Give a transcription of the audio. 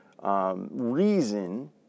Reason